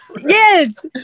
Yes